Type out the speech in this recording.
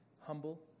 humble